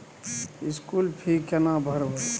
School fee केना भरबै?